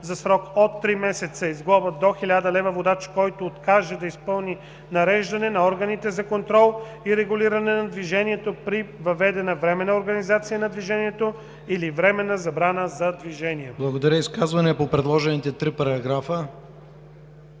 за срок от 3 месеца и с глоба от 1000 лева водач, който откаже да изпълни нареждане на органите за контрол и регулиране на движението при въведена временна организация на движението или временна забрана за движение.” ПРЕДСЕДАТЕЛ ИВАН К. ИВАНОВ: Благодаря. Изказвания по предложените три параграфа?